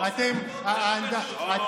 אתה עושה ממש ונהפוך הוא לעובדות.